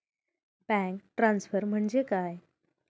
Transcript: Bank transfer म्हणजे काय?